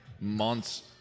months